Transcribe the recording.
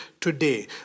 today